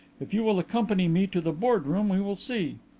if you will accompany me to the boardroom we will see.